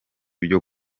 byo